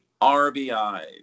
RBIs